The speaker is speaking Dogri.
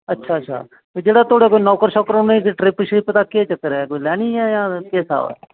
अच्छा जेह्ड़ा थुआढ़ा कोई नौकर कोई लैने ई आया केह् स्हाब ऐ